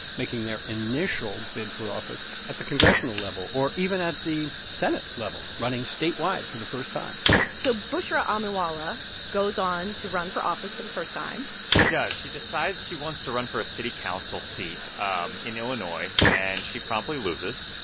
making their initial bid for office at the congressional level or even at the senate level, running statewide for the first time so bushra amiwala goes on to run for office for the first time she does. she decides she wants to run for a city council seat um in illinois, and she promptly loses.